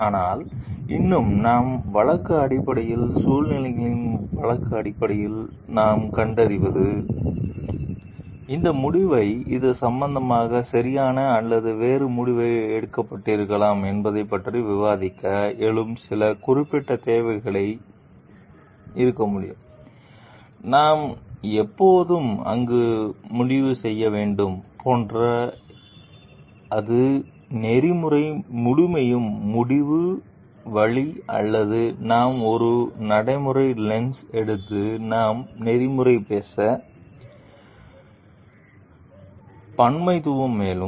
ஆனால் இன்னும் நாம் வழக்கு அடிப்படையில் சூழ்நிலைகளில் வழக்கு அடிப்படையில் நாம் கண்டறிவது இந்த முடிவை இது சம்பந்தமாக சரியான அல்லது வேறு முடிவு எடுக்கப்பட்டிருக்கலாம் என்பதை பற்றி விவாதிக்க எழும் சில குறிப்பிட்ட தேவைகளை இருக்க முடியும் நாம் எப்போதும் அங்கு முடிவு செய்ய வேண்டும் போன்ற அது நெறிமுறை முழுமையும் முடிவு வழி அல்லது நாம் ஒரு நடைமுறை லென்ஸ் எடுத்து நாம் நெறிமுறை பேச பன்மைத்துவம் மேலும்